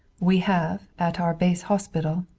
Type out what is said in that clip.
we have, at our base hospital,